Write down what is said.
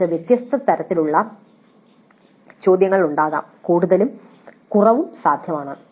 ഞങ്ങൾക്ക് വ്യത്യസ്ത തരത്തിലുള്ള ചോദ്യങ്ങൾ ഉണ്ടാകാം കൂടുതലും കുറവും സാധ്യമാണ്